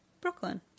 Brooklyn